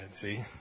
See